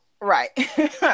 right